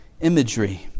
imagery